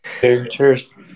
Cheers